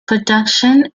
production